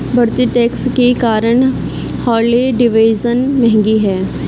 बढ़ते टैक्स के कारण हार्ले डेविडसन महंगी हैं